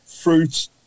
Fruits